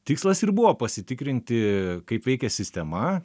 tikslas ir buvo pasitikrinti kaip veikia sistema